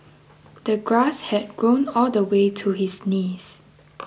the grass had grown all the way to his knees